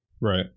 Right